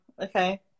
okay